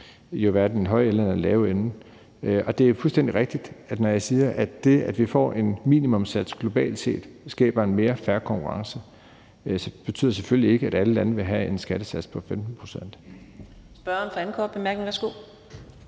i den høje ende eller den lave ende. Og det er fuldstændig rigtigt, at når jeg siger, at det, at vi får en minimumssats globalt set, skaber en mere fair konkurrence, betyder det selvfølgelig ikke, at alle lande vil have en skattesats på 15 pct. Kl. 14:42 Fjerde næstformand